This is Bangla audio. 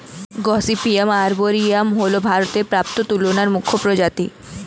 গসিপিয়াম আর্বরিয়াম হল ভারতে প্রাপ্ত তুলোর মুখ্য প্রজাতি